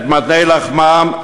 את מטה לחמן,